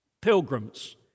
pilgrims